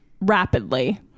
rapidly